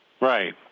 Right